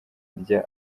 rya